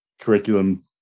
curriculum